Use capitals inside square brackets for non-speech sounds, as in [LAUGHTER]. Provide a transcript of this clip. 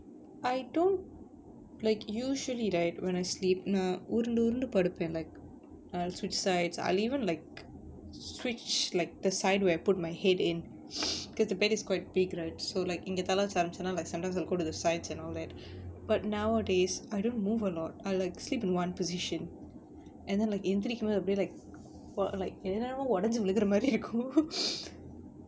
I don't like usually right when I sleep நா உருண்டு உருண்டு படுப்பேன்:naa urundu urundu paduppaen like I'll switch sides I'll even like switch like the side where I put my head in [NOISE] cause the bed is quite big right so like இங்க தல வெச்ச ஆரம்பிச்சனா:inga thala vechu aarambichanaa so sometimes I'll go to the sides and all that but nowadays I don't move a lot I like sleep in one position and then like எந்திரிக்க மோது அப்டியே:enthirikka mothu apdiyae like என்னென்னமோ ஒடஞ்சு விழுகுற மாரி இருக்கும்:ennaennamo odanju vilugura maari irukkum